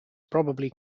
probably